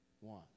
one